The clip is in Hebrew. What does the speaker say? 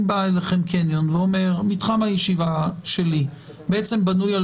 אם בא אליכם קניון ואומר שמתחם הישיבה שלי בנוי על